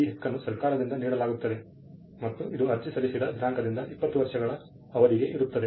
ಈ ಹಕ್ಕನ್ನು ಸರ್ಕಾರದಿಂದ ನೀಡಲಾಗುತ್ತದೆ ಮತ್ತು ಇದು ಅರ್ಜಿ ಸಲ್ಲಿಸಿದ ದಿನಾಂಕದಿಂದ 20 ವರ್ಷಗಳ ಅವಧಿಗೆ ಇರುತ್ತದೆ